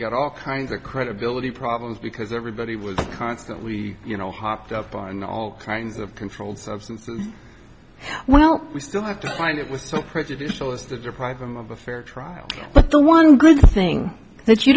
got all kinds of credibility problems because everybody was constantly you know hopped up on all kinds of controlled substances well we still have to find it was prejudicial as the deprive them of a fair trial but the one good thing that you